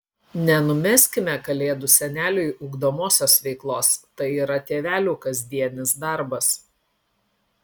nenumeskime kalėdų seneliui ugdomosios veiklos tai yra tėvelių kasdienis darbas